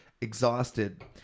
exhausted